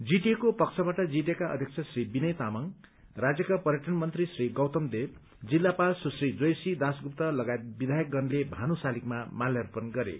जीटीएको पक्षबाट जीटीएका अध्यक्ष श्री विनय तामाङ राज्यका पर्यटक मन्त्री श्री गौतम देव जिल्लापाल सुश्री जोयसी दासगुप्त लगायत विधायकगणले भानु शालिगमा माल्यार्पण गरे